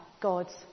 God's